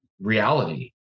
reality